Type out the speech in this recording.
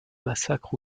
massacre